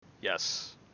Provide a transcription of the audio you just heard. Yes